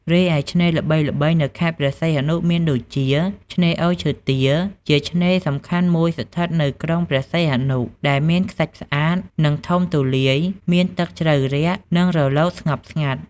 រីឯឆ្នេរល្បីៗនៅខេត្តព្រះសីហនុដូចជា ឆ្នេរអូរឈើទាល ជាឆ្នេរសំខាន់មួយស្ថិតនៅក្រុងព្រះសីហនុ ដែលមានខ្សាច់ស្អាត និងធំទូលាយ មានទឹកជ្រៅរាក់ និងរលក ស្ងប់ស្ងាត់។